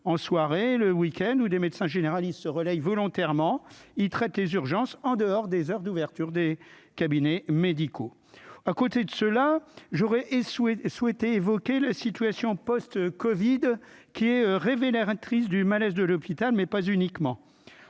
en soirée le week-end ou des médecins généralistes se relayent volontairement il traite les urgences en dehors des heures d'ouverture des cabinets médicaux, à côté de cela j'aurais échoué souhaité évoquer la situation post-Covid, qui est révélait du malaise de l'hôpital, mais pas uniquement,